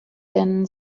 thin